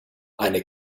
eine